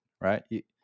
right